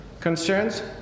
concerns